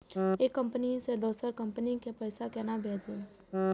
एक कंपनी से दोसर कंपनी के पैसा केना भेजये?